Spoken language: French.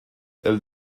elle